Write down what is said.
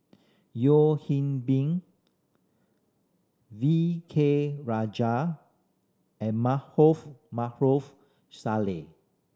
Yeo Hwee Bin V K Rajah and Maarof Salleh